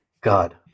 god